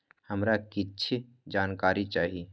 हमरा कीछ जानकारी चाही